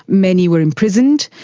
many were imprisoned,